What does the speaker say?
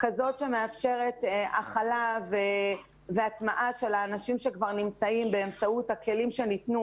כזאת שמאפשרת הכלה והטמעה של האנשים שכבר נמצאים באמצעות הכלים שניתנו